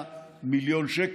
השר.